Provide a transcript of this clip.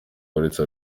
uretse